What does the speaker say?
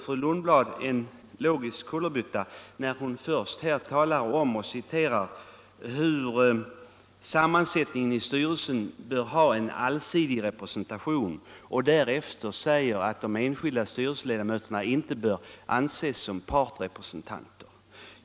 Fru Lundblad gör väl en logisk kullerbytta när hon först citerar ett uttalande om att styrelsen bör ha en allsidig sammansättning och därefter säger att de enskilda styrelseledamöterna inte skall anses som partsrepresentanter.